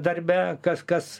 darbe kas kas